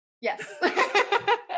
Yes